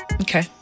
Okay